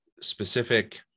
specific